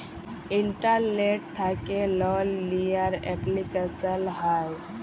ইলটারলেট্ থ্যাকে লল লিয়ার এপলিকেশল হ্যয়